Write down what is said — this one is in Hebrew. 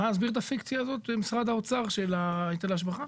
אתה מוכן להסביר את הפיקציה הזאת של היטל השבחה.